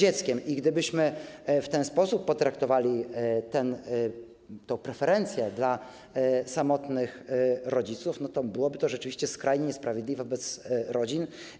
I gdybyśmy w ten sposób potraktowali tę preferencję dla samotnych rodziców, to byłoby to rzeczywiście skrajnie niesprawiedliwe wobec rodzin.